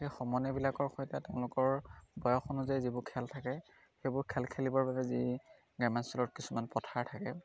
সেই সমনীয়াবিলাকৰ সৈতে তেওঁলোকৰ বয়স অনুযায়ী যিবোৰ খেল থাকে সেইবোৰ খেল খেলিবৰ বাবে যি গ্ৰাম্যাঞ্চলত কিছুমান পথাৰ থাকে